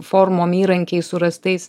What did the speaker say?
formom įrankiais surastais